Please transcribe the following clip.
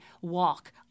walk